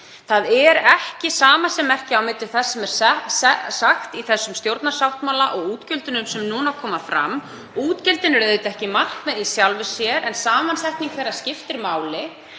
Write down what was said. Það er ekki samasemmerki á milli þess sem er sagt í þessum stjórnarsáttmála og útgjöldunum sem núna koma fram. Útgjöldin eru auðvitað ekki markmið í sjálfu sér en samsetning þeirra skiptir máli.